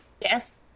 Yes